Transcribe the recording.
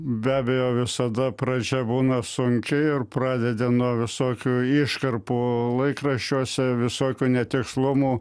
be abejo visada pradžia būna sunki ir pradedi nuo visokių iškarpų laikraščiuose visokių netikslumų